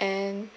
and